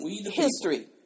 history